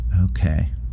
Okay